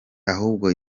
ahubwo